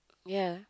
ya